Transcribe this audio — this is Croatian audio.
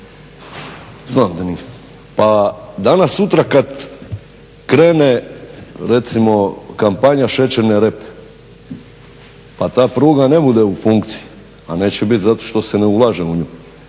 znam da nije. Pa, danas sutra kad krene recimo kampanja šećerne repe, pa ta pruga ne bude u funkciji, a neće biti zato što se ne ulaže u nju,